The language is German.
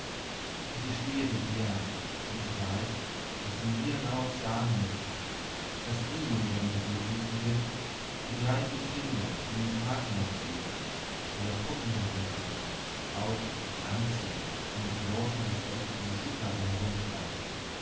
ich gestehe dir gern denn ich weiß was du mir hierauf sagen möchtest daß diejenigen die glücklichsten sind die gleich den kindern in den tag hinein leben ihre puppen herumschleppen aus und anziehen und mit großem respekt um die schublade